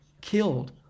killed